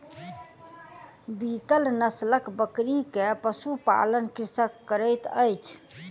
बीतल नस्लक बकरी के पशु पालन कृषक करैत अछि